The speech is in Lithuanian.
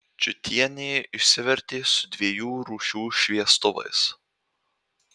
čiutienė išsivertė su dviejų rūšių šviestuvais